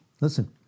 Listen